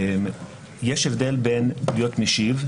יש הבדל בין להיות משיב,